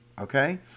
okay